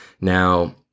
Now